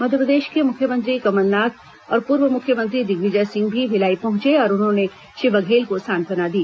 मध्यप्रदेश के मुख्यमंत्री कमलनाथ और पूर्व मुख्यमत्री दिग्विजय सिंह भी भिलाई पहुंचे और उन्होंने श्री बघेल को सांत्वना दी